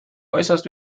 äußerst